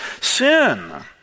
sin